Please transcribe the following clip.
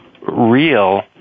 real